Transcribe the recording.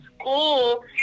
school